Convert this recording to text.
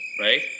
right